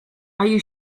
you